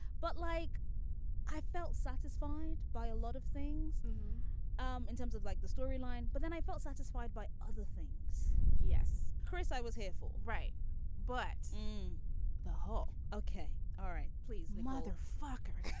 but like i felt satisfied by a lot of things um in terms of like the storyline but then i felt satisfied by other things. yes chris i was here for right but on the whole. ok. all right. please. mother fucker